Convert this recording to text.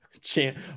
champ